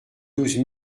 douze